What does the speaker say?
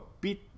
beat